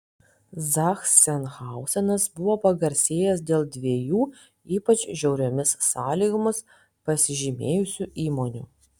zachsenhauzenas buvo pagarsėjęs dėl dviejų ypač žiauriomis sąlygomis pasižymėjusių įmonių